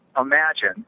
imagine